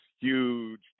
huge